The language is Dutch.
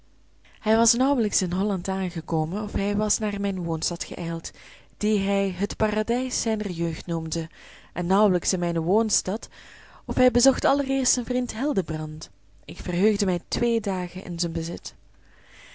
hij was nauwelijks in holland aangekomen of hij was naar mijne woonstad geijld die hij het paradijs zijner jeugd noemde en nauwelijks in mijne woonstad of hij bezocht allereerst zijn vriend hildebrand ik verheugde mij twee dagen in zijn bezit